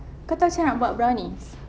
kau tahu macam mana nak buat brownies